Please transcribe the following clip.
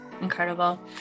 Incredible